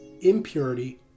Impurity